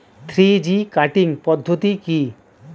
Three G cutting পদ্ধতি কি?